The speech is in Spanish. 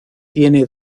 tiene